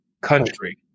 country